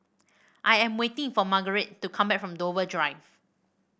I am waiting for Margarite to come back from Dover Drive